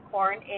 Corn